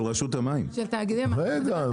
של תאגידי המים --- רגע,